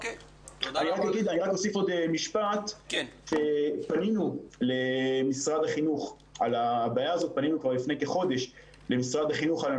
אני רק אוסיף שפנינו למשרד החינוך כבר לפני כחודש בעניין